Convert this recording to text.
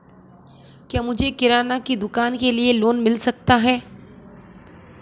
क्या मुझे किराना की दुकान के लिए लोंन मिल सकता है?